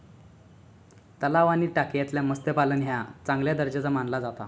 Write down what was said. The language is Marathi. तलाव आणि टाकयेतला मत्स्यपालन ह्या चांगल्या दर्जाचा मानला जाता